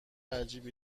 عجیبی